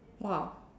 !wah!